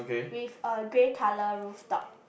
with a grey colour rooftop